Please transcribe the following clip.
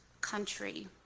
country